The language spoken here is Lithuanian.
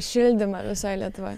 šildymą visoj lietuvoj